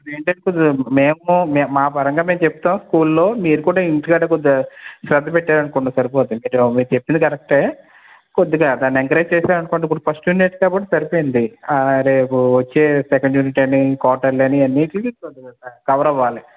ఏంటి అంటే మేము మాపరంగా మేము చెప్తాము స్కూల్లో మీరు కూడా ఇంటి కాడ కొద్దిగా శ్రద్ద పెట్టారు అనుకోండి సరిపోతుంది మీరు చెప్పింది కరెక్టే కొద్దిగా దాని ఎంకరేజ్ చేశారు అనుకోండి ఇప్పుడు ఫస్ట్ యూనిట్ కాబట్టి సరిపోయింది రేపు వచ్చే సెకండ్ యూనిట్ అని క్వాటర్లీ అన్నిటికి కొద్దిగా కవర్ అవ్వాలి